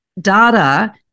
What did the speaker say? data